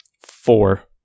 four